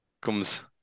comes